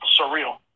surreal